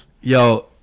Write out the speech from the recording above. Yo